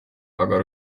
aga